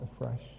afresh